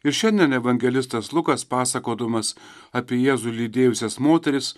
ir šiandien evangelistas lukas pasakodamas apie jėzų lydėjusias moteris